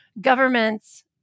governments